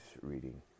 reading